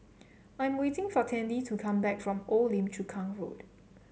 I am waiting for Tandy to come back from Old Lim Chu Kang Road